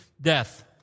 death